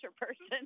person